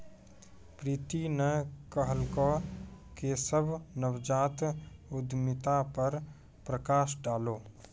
प्रीति न कहलकै केशव नवजात उद्यमिता पर प्रकाश डालौ